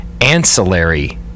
ancillary